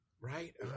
Right